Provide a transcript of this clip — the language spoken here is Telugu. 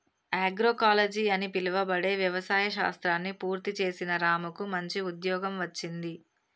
ఆగ్రోకాలజి అని పిలువబడే వ్యవసాయ శాస్త్రాన్ని పూర్తి చేసిన రాముకు మంచి ఉద్యోగం వచ్చింది